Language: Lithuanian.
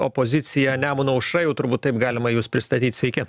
opozicija nemuno aušra jau turbūt taip galima jus pristatyt sveiki